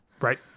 right